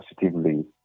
positively